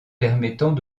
permettant